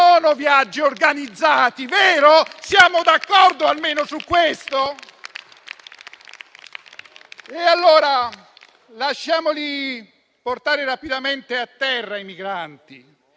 sono viaggi organizzati, vero? Siamo d'accordo almeno su questo? Allora, lasciamoli portare rapidamente a terra i migranti,